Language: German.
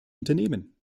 unternehmen